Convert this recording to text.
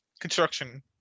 construction